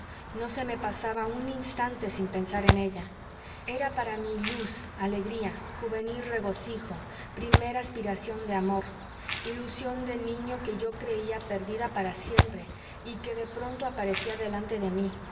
no se me pasaba un instante sin pensar en ella era para mí luz alegría juvenil regocijo primera aspiración de amor ilusión de niño que yo creía perdida para siempre y que de pronto aparecía delante de mí